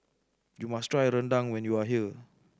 you must try rendang when you are here